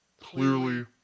Clearly